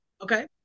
Okay